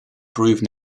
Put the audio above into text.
prove